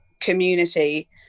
community